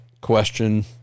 question